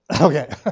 Okay